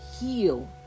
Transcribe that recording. heal